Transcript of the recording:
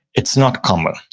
it's not common.